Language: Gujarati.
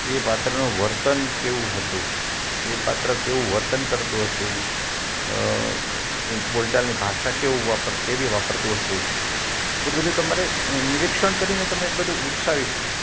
એ પાત્રનું વર્તન કેવું હતું એ પાત્ર કેવું વર્તન કરતું હતું એ બોલચાલની ભાષા કેવું કેવી વાપરતું હતું એ બધું તમારે નિરીક્ષણ કરીને તમે એ બધું વિકસાવી શકો